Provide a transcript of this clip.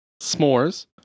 S'mores